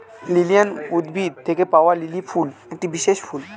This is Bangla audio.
লিলিয়াম উদ্ভিদ থেকে পাওয়া লিলি ফুল একটি বিশেষ ফুল